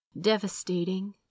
devastating